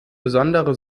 besondere